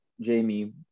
Jamie